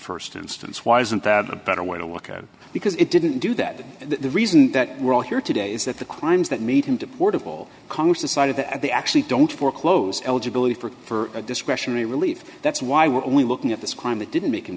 the st instance why isn't that a better way to work out because it didn't do that but the reason that we're all here today is that the crimes that made him deportable congress decided that they actually don't foreclose eligibility for discretionary relief that's why we're only looking at this crime that didn't make him